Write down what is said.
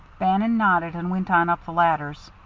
bannon nodded and went on up the ladders.